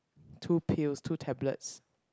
two pills two tablets